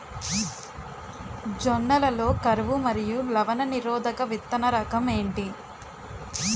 జొన్న లలో కరువు మరియు లవణ నిరోధక విత్తన రకం ఏంటి?